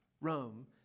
Rome